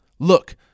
Look